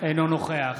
אינו נוכח